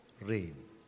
rain